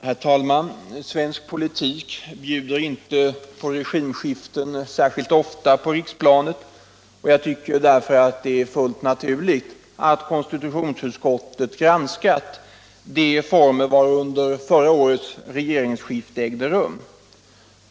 Herr talman! Svensk politik bjuder inte på regimskiften särskilt ofta på riksplanet, och det är därför helt naturligt att konstitutionsutskottet har granskat de former under vilka förra årets regeringsskifte ägde rum.